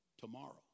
tomorrow